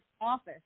office